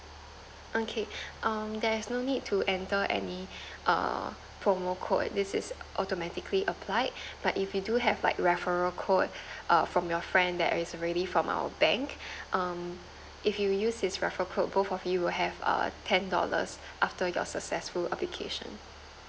okay um there's no need to enter any err promo code this is automatically applied but if you do have like referral code err from your friend that is already from our bank um if you use this referral code both of you would have err ten dollars after yours successful application